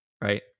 right